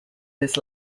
this